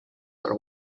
are